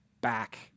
back